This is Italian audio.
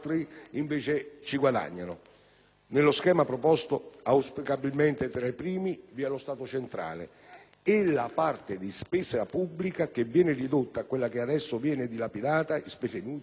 Nello schema proposto, auspicabilmente tra i primi vi è lo Stato centrale e la parte di spesa pubblica che viene ridotta è quella che adesso viene dilapidata in spese inutili, improduttive e clientelari.